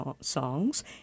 songs